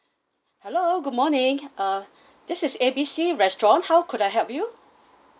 hello good morning uh this is A B C restaurant how could I help you